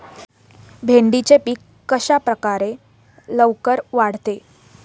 भेंडीचे पीक कशाप्रकारे लवकर वाढते?